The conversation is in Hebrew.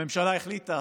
הממשלה החליטה,